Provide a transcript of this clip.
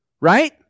right